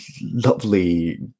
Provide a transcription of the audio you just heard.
lovely